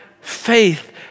faith